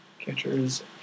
catchers